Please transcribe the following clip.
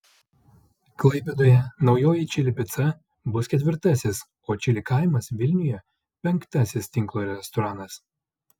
klaipėdoje naujoji čili pica bus ketvirtasis o čili kaimas vilniuje penktasis tinklo restoranas